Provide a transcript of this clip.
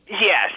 Yes